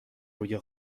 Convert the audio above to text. روی